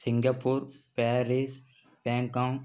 Singapore Paris Bangkok